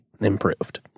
improved